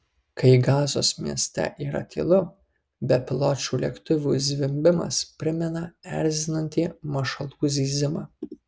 kai gazos mieste yra tylu bepiločių lėktuvų zvimbimas primena erzinantį mašalų zyzimą